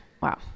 Wow